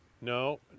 no